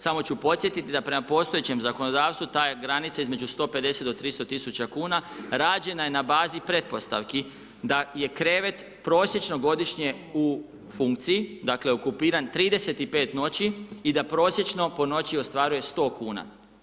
Samo ću podsjetiti da prema postojećem zakonodavstvu ta je granica između 150 do 300 tisuća kuna rađena je na bazi pretpostavki da je krevet, prosječno godišnje u funkciji, dakle okupiran 35 noći i da prosječno po noći ostvaruje 100 kuna.